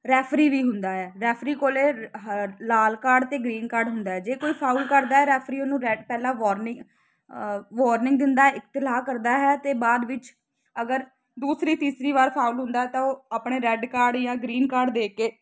referee ਵੀ ਹੁੰਦਾ ਹੈ ਰੈਫਰੀ ਕੋਲ ਹ ਲਾਲ ਕਾਰਡ ਅਤੇ ਗ੍ਰੀਨ ਕਾਰਡ ਹੁੰਦਾ ਜੇ ਕੋਈ ਫਾਊਲ ਕਰਦਾ ਰੈਫਰੀ ਉਹਨੂੰ ਰੈਡ ਪਹਿਲਾਂ ਵਾਰਨਿੰ ਵਾਰਨਿੰਗ ਦਿੰਦਾ ਇਤਲਾਹ ਕਰਦਾ ਹੈ ਅਤੇ ਬਾਅਦ ਵਿੱਚ ਅਗਰ ਦੂਸਰੀ ਤੀਸਰੀ ਵਾਰ ਫਾਊਲ ਹੁੰਦਾ ਤਾਂ ਉਹ ਆਪਣੇ ਰੈਡ ਕਾਰਡ ਜਾਂ ਗ੍ਰੀਨ ਕਾਰਡ ਦੇ ਕੇ